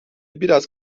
biraz